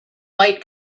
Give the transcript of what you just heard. white